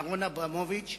אהרן אברמוביץ,